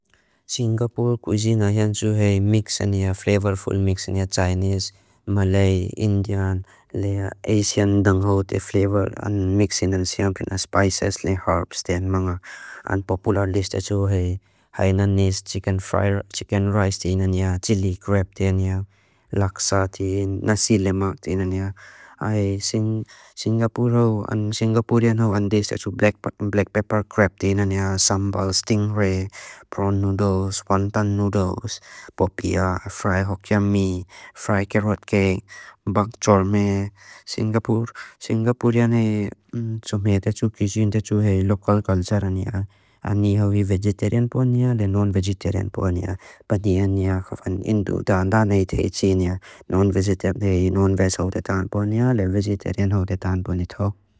Singapore kusina hensu hai mix niya, flavourful mix niya, Chinese, Malay, Indian, Asian deng ho te flavour. Mix inan siampina spices niya, herbs tiyan manga. An popular list hensu hai Hainanese chicken rice tiyan niya, chilli crab tiyan niya, laksa tiyan, nasi lemak tiyan niya. Singaporean hensu hai black pepper crab tiyan niya, sambal, stingray, prawn noodles, wonton noodles, popiah, fried hokiam mee, fried carrot cake, bak chor mee. Singaporean hensu hai local culture niya, vegetarian niya, non-vegetarian niya, non-vegetarian non-vegetarian.